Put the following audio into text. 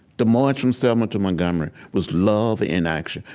the march from selma to montgomery was love in action.